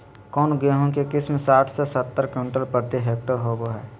कौन गेंहू के किस्म साठ से सत्तर क्विंटल प्रति हेक्टेयर होबो हाय?